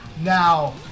now